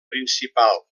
principal